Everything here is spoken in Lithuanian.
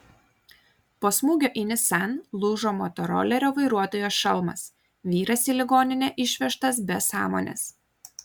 po smūgio į nissan lūžo motorolerio vairuotojo šalmas vyras į ligoninę išvežtas be sąmonės